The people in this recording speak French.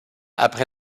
après